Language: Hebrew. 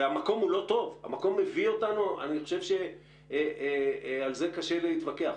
והמקום הוא לא טוב, אני חושב שעל זה קשה להתווכח.